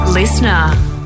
Listener